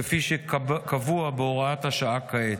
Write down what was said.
כפי שקבוע בהוראת השעה כעת.